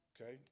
okay